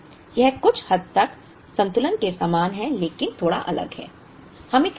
यह कुछ हद तक संतुलन के समान है लेकिन थोड़ा अलग है